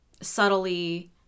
subtly